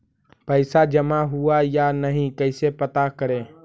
पैसा जमा हुआ या नही कैसे पता करे?